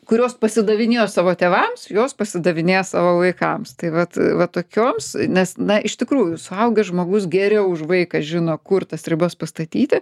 kurios pasidavinėjo savo tėvams jos pasidavinėja savo vaikams tai vat va tokioms nes na iš tikrųjų suaugęs žmogus geriau už vaiką žino kur tas ribas pastatyti